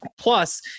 Plus